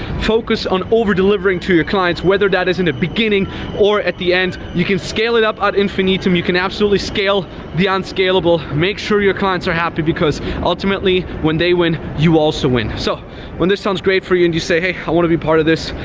focus on over-delivering to your clients, whether that is in the beginning or at the end. you can scale it up at infinitum. you can absolutely scale the unscalable. make sure your clients are happy, because ultimately, when they win, you also win. so when this sounds great for you and you say, hey, i want to be part of this.